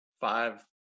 five